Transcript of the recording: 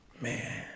man